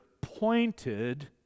pointed